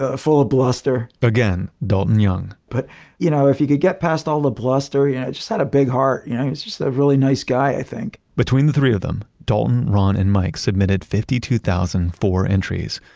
ah full of bluster. again, dalton young but you know if you could get past all the bluster, he yeah just had a big heart, you know? he was just a really nice guy i think. between the three of them, dalton, ron, and mike submitted fifty two thousand and four entries.